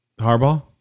Harbaugh